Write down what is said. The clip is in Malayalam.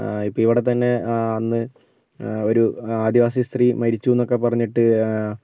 ഇപ്പോൾ ഇവിടെത്തന്നെ അന്ന് ഒരു ആദിവാസി സ്ത്രീ മരിച്ചുന്നൊക്കെ പറഞ്ഞിട്ട്